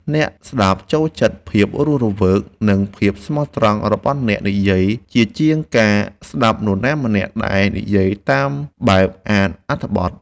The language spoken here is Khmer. អ្នកស្ដាប់ចូលចិត្តភាពរស់រវើក និងភាពស្មោះត្រង់របស់អ្នកនិយាយជាជាងការស្តាប់នរណាម្នាក់ដែលនិយាយតាមបែបអានអត្ថបទ។